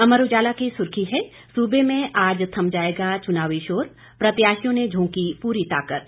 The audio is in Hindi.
अमर उजाला की सुर्खी सूबे में आज थम जाएगा चुनावी शोर प्रत्याशियों ने झोंकी पूरी ताकत